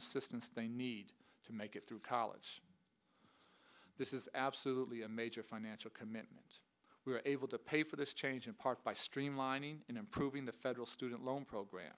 assistance they need to make it through college this is absolutely a major financial commitment we were able to pay for this change in part by streamlining and improving the federal student loan program